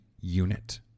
unit